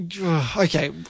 Okay